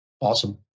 Awesome